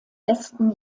besten